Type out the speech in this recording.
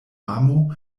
amo